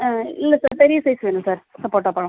இல்லை சார் பெரிய சைஸ் வேணும் சார் சப்போட்டா பழம்